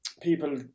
people